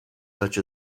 such